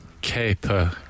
caper